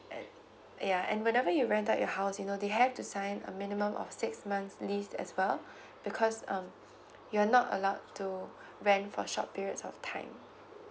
and ya and whenever you rent out your house you know they have to sign a minimum of six months lease as well because um you are not allowed to rent for a short periods of time